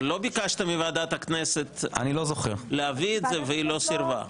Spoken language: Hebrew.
אבל לא ביקשת מוועדת הכנסת להביא את זה והיא לא סירבה.